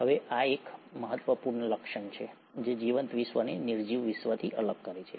હવે આ એક મહત્વપૂર્ણ લક્ષણ છે જે જીવંત વિશ્વને નિર્જીવ વિશ્વથી અલગ કરે છે